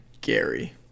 Gary